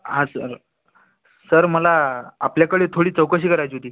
हां sir sir मला आपल्याकडे थोडी चौकशी करायची होती